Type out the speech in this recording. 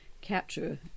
capture